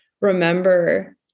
remember